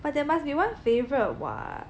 but there must be one favorite [what]